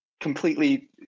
completely